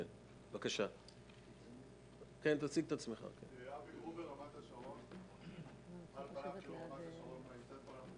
הפכנו לשק החבטות של המדינה ומשרדי הממשלה.